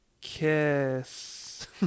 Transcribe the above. kiss